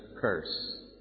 curse